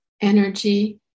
energy